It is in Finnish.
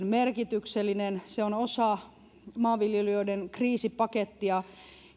merkityksellinen se on osa maanviljelijöiden kriisipakettia